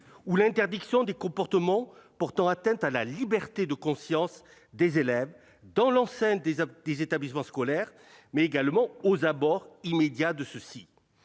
de l'école. Les comportements portant atteinte à la liberté de conscience des élèves ont été interdits dans l'enceinte des établissements scolaires, mais également aux abords immédiats de ces